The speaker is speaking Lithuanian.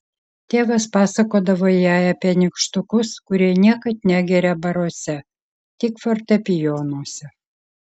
tėvas pasakodavo jai apie nykštukus kurie niekad negerią baruose tik fortepijonuose